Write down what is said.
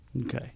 Okay